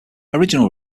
original